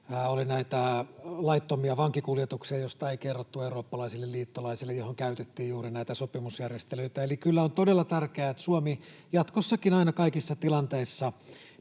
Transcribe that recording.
oli näitä laittomia vankikuljetuksia, joista ei kerrottu eurooppalaisille liittolaisille ja joihin käytettiin juuri näitä sopimusjärjestelyitä. Eli kyllä on todella tärkeää, että Suomi jatkossakin aina kaikissa tilanteissa